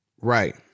Right